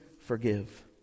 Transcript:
forgive